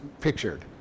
pictured